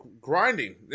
grinding